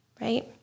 Right